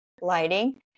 lighting